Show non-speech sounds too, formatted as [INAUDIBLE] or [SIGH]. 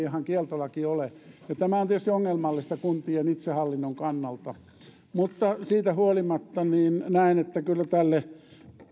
[UNINTELLIGIBLE] ihan kieltolaki ole ja tämä on tietysti ongelmallista kuntien itsehallinnon kannalta mutta siitä huolimatta näen että kyllä tälle